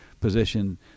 position